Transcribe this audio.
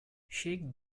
shake